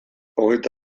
hogeita